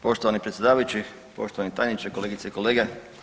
Poštovani predsjedavajući, poštovani tajniče, kolegice i kolege.